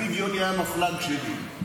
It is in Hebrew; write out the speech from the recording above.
אחיו יוני היה מפל"ג שלי.